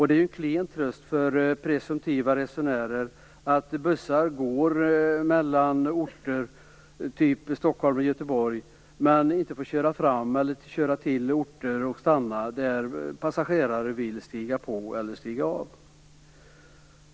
Det är en klen tröst för presumtiva resenärer att bussar går mellan orter typ Stockholm och Göteborg men inte får köra till och stanna på orter där passagerare vill stiga på eller av.